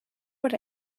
what